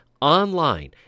Online